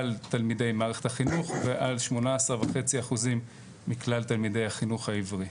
תלמידי מערכת החינוך ועל 18.5% מכלל תלמידי החינוך העברי.